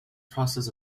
process